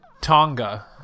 Tonga